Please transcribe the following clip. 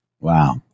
Wow